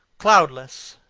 cloudless,